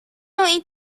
نوعی